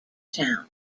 town